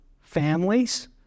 families